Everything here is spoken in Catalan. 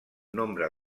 nombre